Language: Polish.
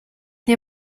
nie